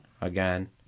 Again